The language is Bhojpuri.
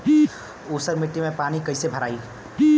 ऊसर मिट्टी में पानी कईसे भराई?